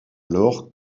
alors